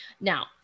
Now